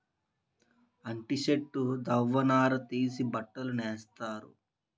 అంటి సెట్టు దవ్వ నార తీసి బట్టలు నేత్తన్నారు